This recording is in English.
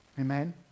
Amen